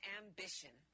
ambition